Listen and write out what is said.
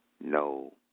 no